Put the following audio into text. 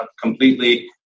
completely